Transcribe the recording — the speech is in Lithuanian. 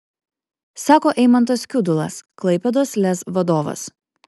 sako eimantas kiudulas klaipėdos lez vadovas